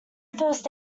first